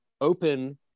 open